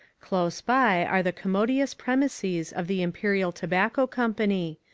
close by are the commodious premises of the imperial tobacco company,